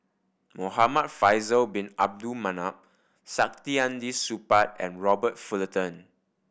Muhamad Faisal Bin Abdul Manap Saktiandi Supaat and Robert Fullerton